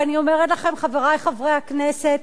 ואני אומרת לכם, חברי חברי הכנסת: